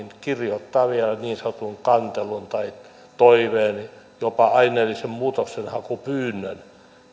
kirjoittaa vielä niin sanotun kantelun tai toiveen jopa aineellisen muutoksenhakupyynnön